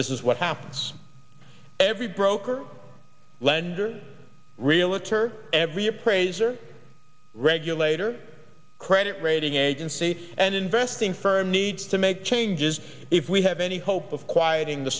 this is what happens every broker or lender reliques or every appraiser regulator credit rating agency and investing firm needs to make changes if we have any hope of quieting the